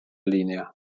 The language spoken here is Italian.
linea